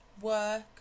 Work